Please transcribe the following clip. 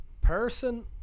person